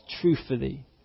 truthfully